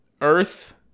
Earth